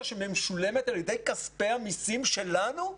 שמשולמת על ידי כספי המיסים שלנו?